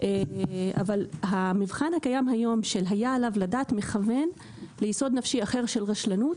אבל המבחן הקיים היום של היה עליו לדעת מכוון ליסוד נפשי אחר של רשלנות,